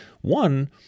One